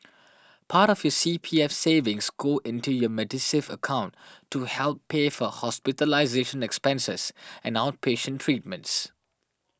part of your C P F savings go into your Medisave account to help pay for hospitalization expenses and outpatient treatments